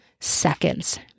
Seconds